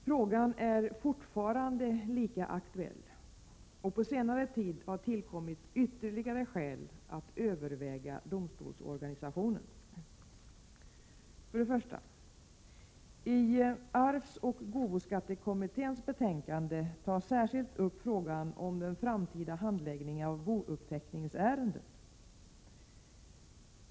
Frågan är fortfarande lika aktuell och på senare tid har tillkommit ytterligare skäl att överväga domstolsorganisationen. För det första tas i arvsoch gåvoskattekommitténs betänkande särskilt upp frågan om den framtida handläggningen av bouppteckningsärenden.